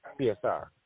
PSR